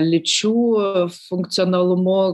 lyčių funkcionalumu